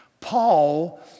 Paul